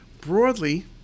Broadly